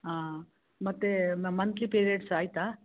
ಹಾಂ ಮತ್ತೆ monthly periods ಆಯಿತಾ